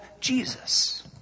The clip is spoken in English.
Jesus